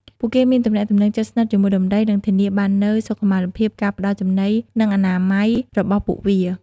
ពួកគេមានទំនាក់ទំនងជិតស្និទ្ធជាមួយដំរី និងធានាបាននូវសុខុមាលភាព ការផ្តល់ចំណី និងអនាម័យរបស់ពួកវា។